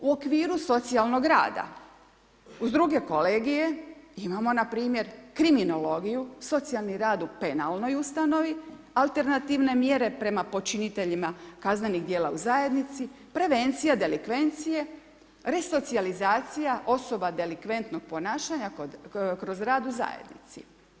U okviru socijalnog rada, uz druge kolegije imamo na primjer, kriminologiju, socijalni rad u penalnoj ustanovi, alternativne mjere prema počiniteljima kaznenih djela u zajednici, prevencija delikvencije, resocijalizacija osoba delikventnog ponašanja kroz rad u zajednici.